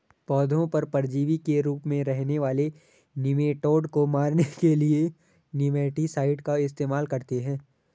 पौधों पर परजीवी के रूप में रहने वाले निमैटोड को मारने के लिए निमैटीसाइड का इस्तेमाल करते हैं